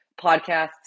podcasts